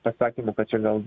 pasakymų kad čia gal